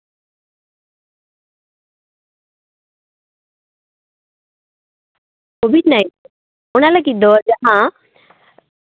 covid nineteen ᱚᱱᱟ ᱞᱟᱹᱜᱤᱫ ᱫᱚ ᱡᱟᱦᱟᱸ ᱰᱳᱡᱽ ᱛᱟᱦᱮᱱ